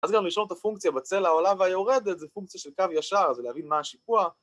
‫אז גם לישון את הפונקציה ‫בצל העולה והיורדת, ‫זו פונקציה של קו ישר, ‫זה להבין מה השיפוע.